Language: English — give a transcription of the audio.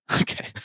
Okay